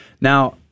Now